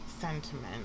sentiment